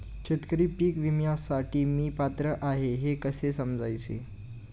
शेतकरी पीक विम्यासाठी मी पात्र आहे हे कसे समजायचे?